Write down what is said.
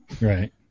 Right